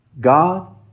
God